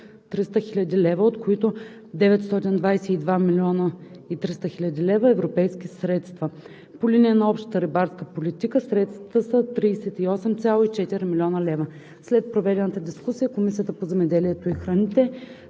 от които 922 млн. 300 хил. лв. – европейски средства. По линия на Общата рибарска политика средствата са 38,4 млн. лв. След проведената дискусия Комисията по земеделието и храните: